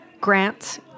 grants